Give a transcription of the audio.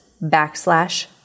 backslash